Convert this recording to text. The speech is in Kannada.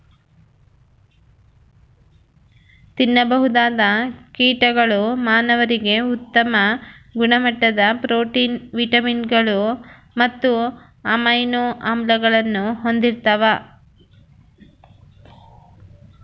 ತಿನ್ನಬಹುದಾದ ಕೀಟಗಳು ಮಾನವರಿಗೆ ಉತ್ತಮ ಗುಣಮಟ್ಟದ ಪ್ರೋಟೀನ್, ವಿಟಮಿನ್ಗಳು ಮತ್ತು ಅಮೈನೋ ಆಮ್ಲಗಳನ್ನು ಹೊಂದಿರ್ತವ